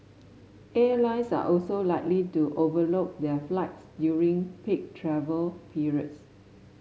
airlines are also likely to overbook their flights during peak travel periods